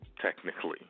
technically